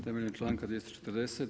Temeljem članka 240.